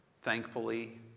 thankfully